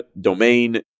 domain